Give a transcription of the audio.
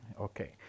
okay